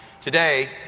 Today